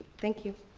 thank you.